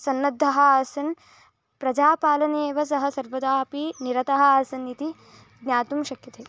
संनद्धः आसन् प्रजापालनेव सः सर्वदापि निरतः आसन् इति ज्ञातुं शक्यते